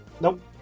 Nope